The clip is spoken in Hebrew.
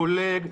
פולג,